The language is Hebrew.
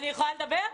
אני יכולה לדבר?